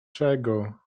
czego